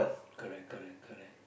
correct correct correct